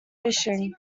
fishing